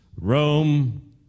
Rome